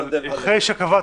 אחרי שקבעת.